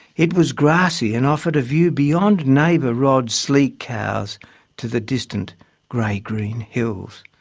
it was grassy and offered a view beyond neighbour rod's sleek cows to the distant grey-green hills.